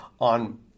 on